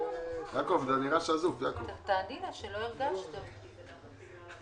הצעת חוק אנשי צבא דרום לבנון ומשפחותיהם (תיקון),